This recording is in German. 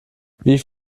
wie